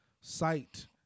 sight